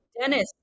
Dennis